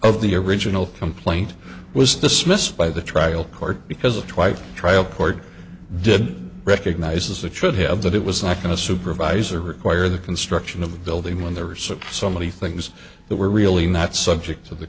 of the original complaint was dismissed by the trial court because of twice trial court did recognises it should have that it was not going to supervise or require the construction of the building when there were so so many things that were really not subject to the